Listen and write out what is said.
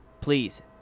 Please